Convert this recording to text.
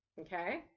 Okay